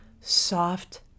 soft